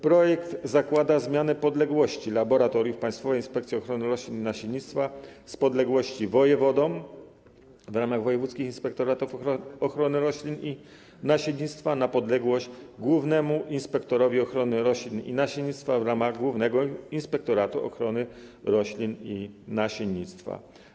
Projekt zakłada zmianę podległości laboratoriów Państwowej Inspekcji Ochrony Roślin i Nasiennictwa z podległości wojewodom w ramach wojewódzkich inspektoratów ochrony roślin i nasiennictwa na podległość głównemu inspektorowi ochrony roślin i nasiennictwa w ramach Głównego Inspektoratu Ochrony Roślin i Nasiennictwa.